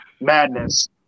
Madness